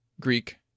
Greek